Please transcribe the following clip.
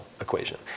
equation